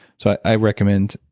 so, i recommend,